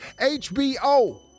HBO